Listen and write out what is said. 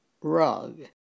rug